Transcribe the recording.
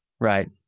Right